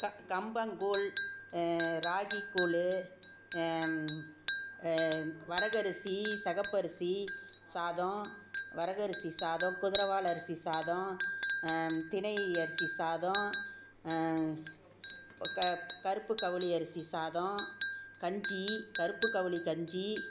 க கம்பங்கூழ் ராகிக்கூழ் வரகரிசி சிகப்பரிசி சாதம் வரகரிசி சாதம் குதரவாலி அரிசி சாதம் தினை அரிசி சாதம் இப்போ க கருப்பு கவுனி அரிசி சாதம் கஞ்சி கருப்பு கவுனி கஞ்சி